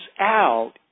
out